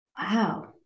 wow